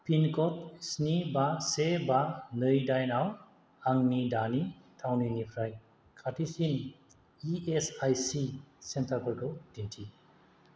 पिनक'ड स्नि बा से बा नै दाइनआव आंनि दानि थावनिनिफ्राय खाथिसिन इ एस आइ सि सेन्टारफोरखौ दिन्थि